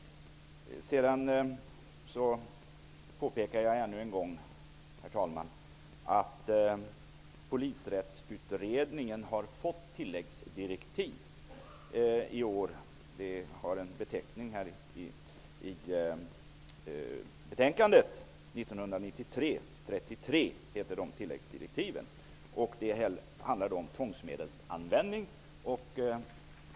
Jag påpekar ännu en gång, herr talman, att Polisrättsutredningen i år har fått tilläggsdirektiv, 1993:33. Det handlar då om tvångsmedelsanvändning.